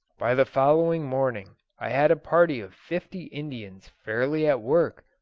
by the following morning i had a party of fifty indians fairly at work.